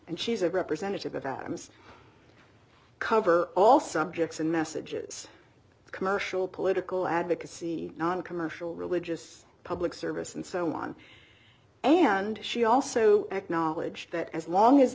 and she's a representative of adam's cover all subjects and messages commercial political advocacy not a commercial religious public service and so on and she also acknowledged that as long as